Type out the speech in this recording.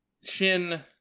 Shin